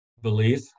belief